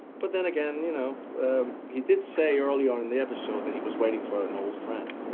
but then again, you know he did say early on in the episode that he was waiting for an old friend,